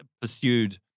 pursued